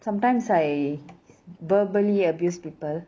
sometimes I verbally abuse people